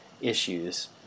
issues